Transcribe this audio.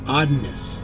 oddness